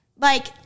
like-